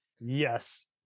Yes